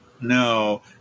No